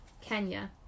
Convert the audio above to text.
Kenya